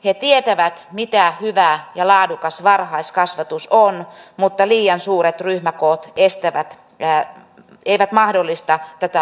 he tietävät mitä hyvä ja laadukas varhaiskasvatus on mutta liian suuret ryhmäkoot eivät mahdollista tätä laadukasta työtä